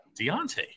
Deontay